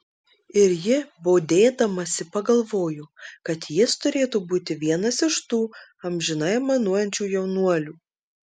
ir ji bodėdamasi pagalvojo kad jis turėtų būti vienas iš tų amžinai aimanuojančių jaunuolių